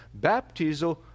Baptizo